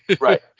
right